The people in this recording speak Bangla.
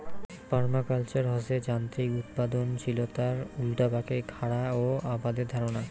পার্মাকালচার হসে যান্ত্রিক উৎপাদনশীলতার উল্টাপাকে খারা ও আবাদের ধারণা